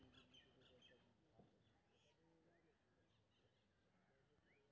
सब्जीके खेती करे के लेल मौसम विभाग सँ जानकारी हमरा केना भेटैत अथवा तापमान की रहैत केतना पानी होयत?